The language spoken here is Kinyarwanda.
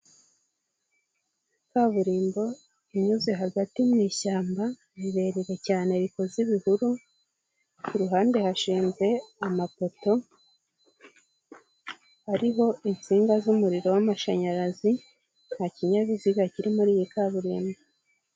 Kaburimbo inyuze hagati mu ishyamba rirerire cyane rikoze ibihuru, ku ruhande hashinze amapoto ariho insinga z'umuriro w'amashanyarazi nta kinyabiziga kiri muri iyi kaburimbo.